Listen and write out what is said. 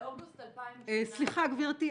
באוגוסט 2018 --- סליחה, גברתי.